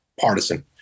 partisan